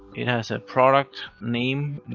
it has a product name.